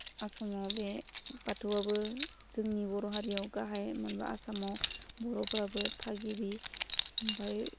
आसामाव बे बाथौआबो जोंनि बर' हारियाव गाहाय मानबा आसामाव बर'फोराबो थागिबि ओमफाय